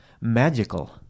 magical